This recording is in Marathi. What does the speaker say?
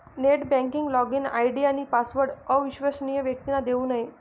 नेट बँकिंग लॉगिन आय.डी आणि पासवर्ड अविश्वसनीय व्यक्तींना देऊ नये